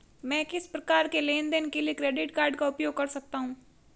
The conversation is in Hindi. मैं किस प्रकार के लेनदेन के लिए क्रेडिट कार्ड का उपयोग कर सकता हूं?